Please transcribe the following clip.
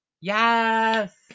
Yes